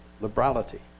liberality